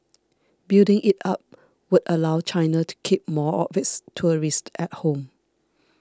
building it up would allow China to keep more of its tourists at home